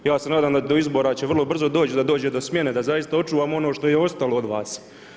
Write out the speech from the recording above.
Ja se nadam do izbora će vrlo brzo doći da dođe do smjene da zaista očuvamo ono što je ostalo od vas.